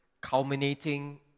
culminating